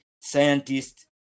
scientists